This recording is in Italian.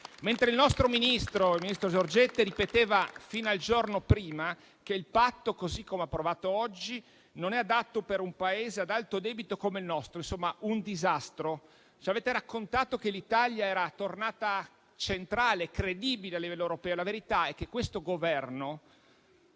Il nostro ministro Giorgetti ripeteva fino al giorno prima che il Patto, così come approvato oggi, non è adatto per un Paese ad alto debito come il nostro. Insomma, un disastro. Ci avete raccontato che l'Italia era tornata centrale, credibile a livello europeo. La verità è che questo Governo